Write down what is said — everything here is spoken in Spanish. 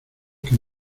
que